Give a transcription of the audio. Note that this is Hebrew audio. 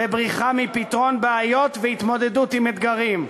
בבריחה מפתרון בעיות והתמודדות עם אתגרים.